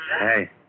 Hey